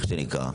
מה שנקרא.